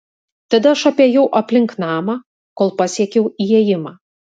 tada aš apėjau aplink namą kol pasiekiau įėjimą